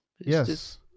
yes